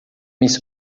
minha